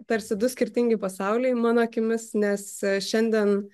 tarsi du skirtingi pasauliai mano akimis nes šiandien